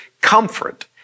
comfort